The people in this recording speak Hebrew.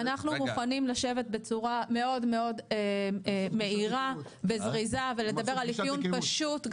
אנחנו מוכנים לשבת בצורה מאוד מאוד מהירה וזריזה ולדבר על אפיון פשוט.